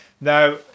Now